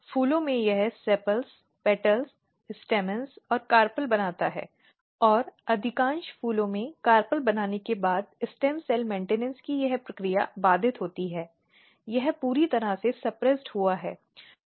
फूलों में यह सीपल्स पंखुड़ियों पुंकेसर और कार्पेल बनाता है और अधिकांश फूलों में कार्पेल बनाने के बाद स्टेम सेल मेन्टिनॅन्स की यह प्रक्रिया बाधित होती है यह पूरी तरह से दबा हुआ है